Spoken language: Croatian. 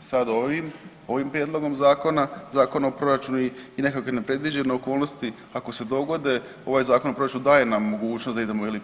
Sad ovim, ovim Prijedlogom zakona, Zakon o proračunu i nekakvi nepredviđene okolnosti, ako se dogode, ovaj Zakon o proračunu daje nam mogućnost da idemo ili